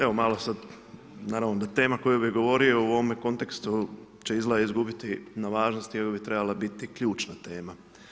Evo, malo sad, naravno da tema o kojoj bi govorio o ovome kontekstu, že izgleda izgubiti na važnosti i ovo bi trebala biti ključna tema.